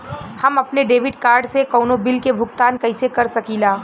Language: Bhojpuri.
हम अपने डेबिट कार्ड से कउनो बिल के भुगतान कइसे कर सकीला?